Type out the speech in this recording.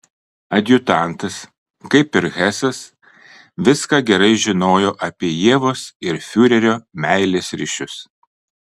adjutantas kaip ir hesas viską gerai žinojo apie ievos ir fiurerio meilės ryšius